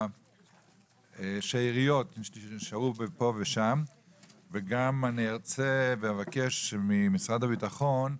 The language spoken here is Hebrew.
השאריות שנשארו פה ושם ואני גם ארצה ואבקש ממשרד הביטחון,